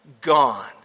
Gone